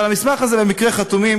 אבל על המסמך הזה במקרה חתומים